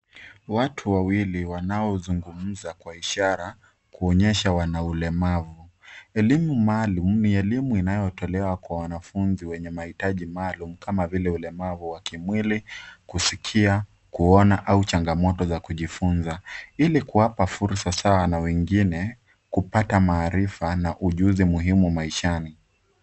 Watu wawili wanaozungumza kwa ishara, kuonyesha wana ulemavu. Elimu maalum ni elimu inayotolewa kwa wanafunzi wenye mahitaji maalum kama vile ulemavu wa kimwili, kusikia, kuona au changamoto za kujifunza ili kuwapa fursa sawa na wengine kupata maarifa na ujuzi muhimu maishani.